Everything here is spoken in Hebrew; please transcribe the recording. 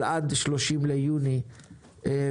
של עד 30 ביוני והן: